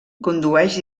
condueix